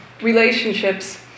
relationships